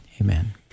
Amen